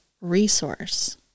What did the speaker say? resource